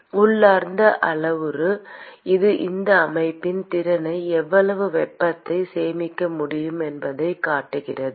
மற்றும் Cp என்பது அளவுரு உள்ளார்ந்த அளவுரு இது அந்த அமைப்பின் திறனை எவ்வளவு வெப்பத்தை சேமிக்க முடியும் என்பதைக் கணக்கிடுகிறது